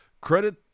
credit